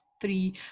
three